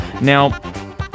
Now